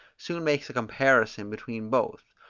soon makes a comparison between both,